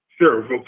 Sure